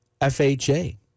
FHA